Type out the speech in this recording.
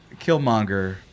Killmonger